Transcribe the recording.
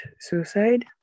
suicide